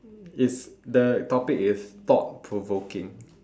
it's the topic is thought provoking